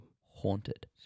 haunted